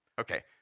Okay